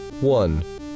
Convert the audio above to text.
one